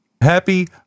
Happy